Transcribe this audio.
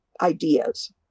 ideas